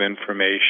information